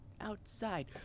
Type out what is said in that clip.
outside